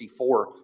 54